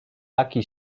taki